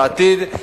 בעתיד,